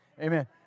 Amen